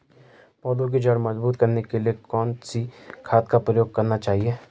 पौधें की जड़ मजबूत करने के लिए कौन सी खाद का प्रयोग करना चाहिए?